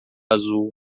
azul